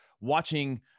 watching